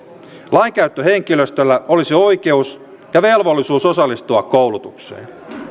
lainkäyttöhenkilöstöllä olisi oikeus ja velvollisuus osallistua koulutukseen